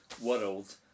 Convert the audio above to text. world